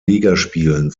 ligaspielen